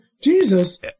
Jesus